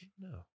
No